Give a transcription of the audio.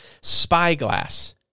spyglass